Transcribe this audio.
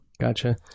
gotcha